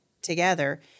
Together